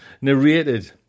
narrated